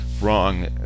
wrong